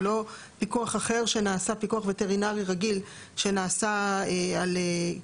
זה לא פיקוח אחר שנעשה פיקוח וטרינרי רגיל שנעשה כאחד